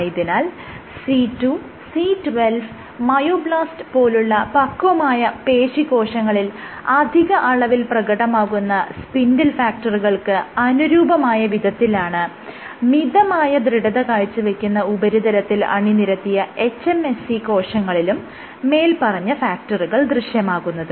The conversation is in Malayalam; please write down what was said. ആയതിനാൽ C2C12 മയോബ്ലാസ്റ്റ് പോലുള്ള പക്വമായ പേശീകോശങ്ങളിൽ അധിക അളവിൽ പ്രകടമാകുന്ന സ്പിൻഡിൽ ഫാക്ടറുകൾക്ക് അനുരൂപമായ വിധത്തിലാണ് മിതമായ ദൃഢത കാഴ്ചവെക്കുന്ന ഉപരിതലത്തിൽ അണിനിരത്തിയ hMSC കോശങ്ങളിലും മേല്പറഞ്ഞ ഫാക്ടറുകൾ ദൃശ്യമാകുന്നത്